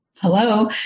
hello